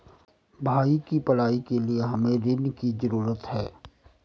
भाई की पढ़ाई के लिए हमे ऋण की जरूरत है